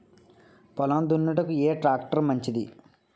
పొలం దున్నుటకు ఏ ట్రాక్టర్ మంచిది?